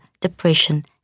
depression